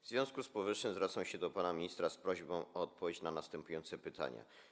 W związku z powyższym zwracam się do pana ministra z prośbą o odpowiedź na następujące pytania.